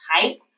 type